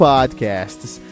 Podcasts